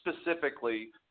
specifically